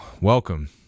welcome